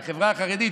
מהחברה החרדית,